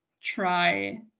try